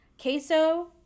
queso